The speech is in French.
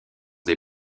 des